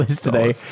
today